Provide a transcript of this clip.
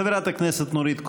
חברת הכנסת נורית קורן,